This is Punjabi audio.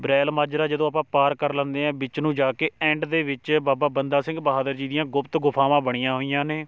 ਰੈਲ ਮਾਜਰਾ ਜਦੋਂ ਆਪਾਂ ਪਾਰ ਕਰ ਲੈਂਦੇ ਹਾਂ ਵਿੱਚ ਨੂੰ ਜਾ ਕੇ ਐਂਡ ਦੇ ਵਿੱਚ ਬਾਬਾ ਬੰਦਾ ਸਿੰਘ ਬਹਾਦਰ ਜੀ ਦੀਆਂ ਗੁਪਤ ਗੁਫਾਵਾਂ ਬਣੀਆਂ ਹੋਈਆਂ ਨੇ